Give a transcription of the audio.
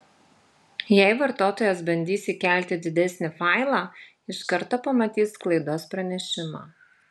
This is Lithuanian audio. jei vartotojas bandys įkelti didesnį failą iš karto pamatys klaidos pranešimą